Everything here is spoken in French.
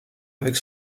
avec